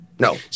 No